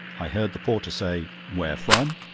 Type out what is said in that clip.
i heard the porter say where from?